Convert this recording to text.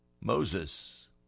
Moses